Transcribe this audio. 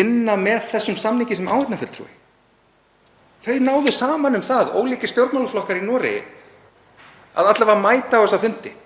vinna með þessum samningi sem áheyrnarfulltrúi. Þau náðu saman um það, ólíkir stjórnmálaflokkar í Noregi, að mæta alla vega á þessa fundi.